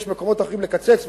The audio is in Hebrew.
ויש מקומות אחרים לקצץ,